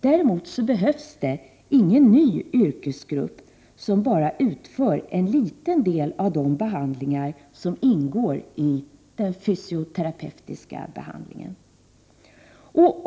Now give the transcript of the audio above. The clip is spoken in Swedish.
Däremot behövs det ingen ny yrkesgrupp som bara utför en liten del av de behandlingar som ingår i den fysioterapeutiska behandlingen.